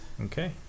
okay